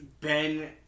Ben